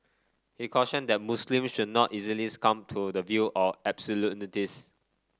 he cautioned that Muslims should not easily succumb to the view of absolutists